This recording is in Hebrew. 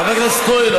חבר הכנסת כהן,